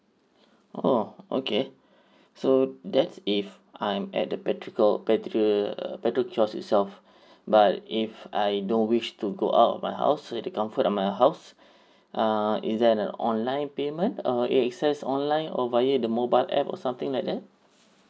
oh okay so that's if I'm at the petrol kiosk petrol uh petrol kiosk itself but if I don't wish to go out of my house so in the comfort of my house err is there an online payment err A_X_S online or via the mobile app or something like that